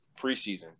preseason